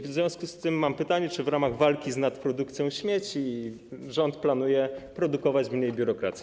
W związku z tym mam pytanie, czy w ramach walki z nadprodukcją śmieci rząd planuje produkować mniej biurokracji.